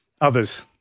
others